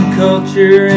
culture